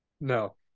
No